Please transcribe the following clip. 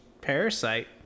Parasite